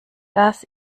das